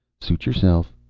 suit yourself.